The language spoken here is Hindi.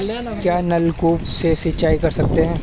क्या नलकूप से सिंचाई कर सकते हैं?